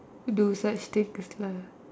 do set status lah